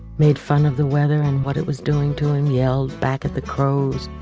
made fun of the weather and what it was doing to him, yelled back at the crows,